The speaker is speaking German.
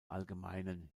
allgemeinen